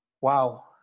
Wow